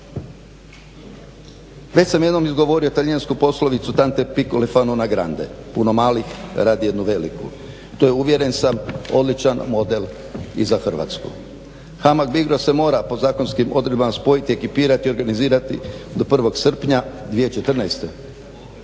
Već sam jednom izgovorio talijansku poslovicu … /Govornik govori talijanski./ … Puno malih radi jednu veliku. To je uvjeren sam odličan model i za Hrvatsku. HAMAG-BICRO se mora po zakonskim odredbama spojiti, ekipirati i organizirati do 1.srpnja 2014.kako